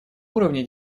уровне